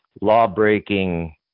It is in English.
law-breaking